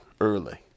early